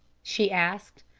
she asked.